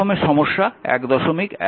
প্রথমে সমস্যা 11